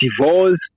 divorce